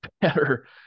better